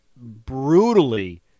brutally